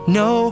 no